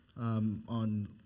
on